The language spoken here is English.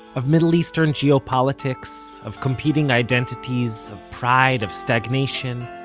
of middle eastern geopolitics, of competing identities, of pride, of stagnation,